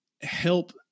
help